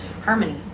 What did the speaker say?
harmony